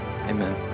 Amen